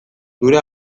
zure